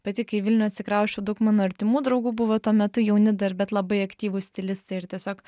pati kai vilnių atsikrausčiau daug mano artimų draugų buvo tuo metu jauni dar bet labai aktyvūs stilistai ir tiesiog